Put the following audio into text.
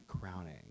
crowning